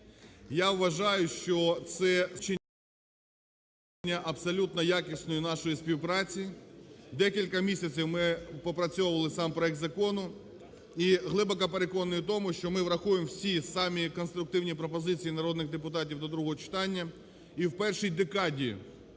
Я вважаю, що це свідчення абсолютно якісної нашої співпраці. Декілька місяців ми опрацьовували сам проект закону. І глибоко переконливий в тому, що ми врахуємо всі самі конструктивні пропозиції народних депутатів до другого читання,